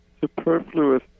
superfluous